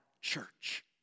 church